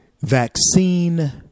vaccine